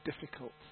difficult